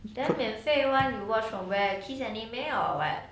then 免费 [one] you watch from where kids anime or what